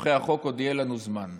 חוקי-היסוד, חוק-יסוד לא סתם נקרא חוק-יסוד.